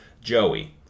Joey